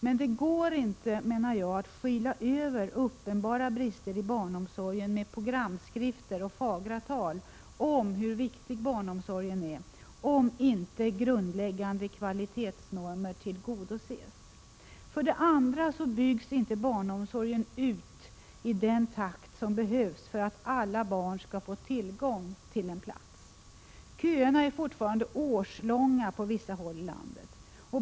Men det går inte att skyla över uppenbara brister i barnomsorgen med programskrifter och fagra tal om hur viktig barnomsorgen är, om inte grundläggande kvalitetsnormer tillgodoses. För det andra byggs inte barnomsorgen ut i den takt som behövs för att alla barn skall få tillgång till plats. Köerna är fortfarande årslånga på vissa håll i landet.